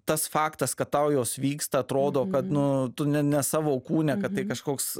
tas faktas kad tau jos vyksta atrodo kad nu to ne ne savo kūne kad tai kažkoks